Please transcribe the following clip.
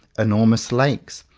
enormous lakes,